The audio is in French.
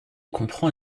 comprend